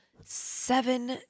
seven